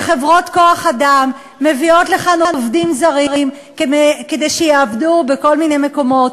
שחברות כוח-אדם מביאות לכאן עובדים זרים כדי שיעבדו בכל מיני מקומות?